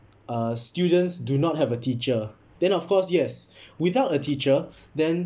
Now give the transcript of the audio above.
uh students do not have a teacher then of course yes without a teacher then